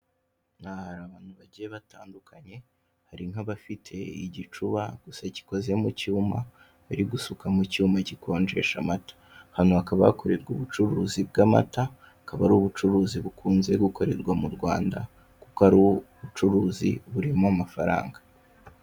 Aha hari abantu bagiye batandukanye, hari nk'abafite igicuba gusa gikozwe mu cyuma bari gusuka mu cyuma gikonjesha amata. Aha hakaba hakorerawa ubucuruzi bw'amata akaba ari ubucuruzi bukuzwe gukorerwa mu Rwanda kuko aribwo bucuruzi burimo amafaranga.